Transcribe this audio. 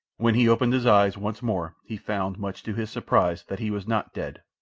when he opened his eyes once more he found, much to his surprise, that he was not dead.